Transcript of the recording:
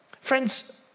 Friends